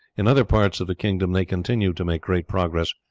in other parts of the kingdom they continued to make great progress,